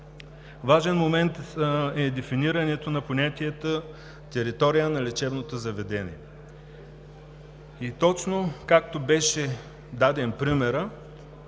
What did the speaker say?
важен момент е дефинирането на понятието „територия на лечебното заведение“ и точно както беше даден примерът,